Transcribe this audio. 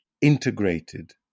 integrated